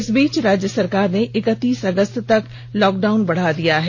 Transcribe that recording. इस बीच राज्य सरकार ने इकतीस अगस्त तक लॉकडाउन बढ़ा दिया है